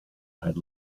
had